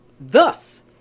thus